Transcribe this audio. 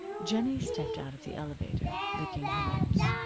jennie stepped out of the elevator, licking her lips.